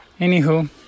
Anywho